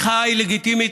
מחאה היא לגיטימית.